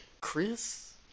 Chris